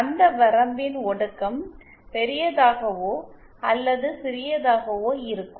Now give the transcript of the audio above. அந்த வரம்பின் ஒடுக்கம் பெரியதாகவோ அல்லது சிறியதாகவோ இருக்கும்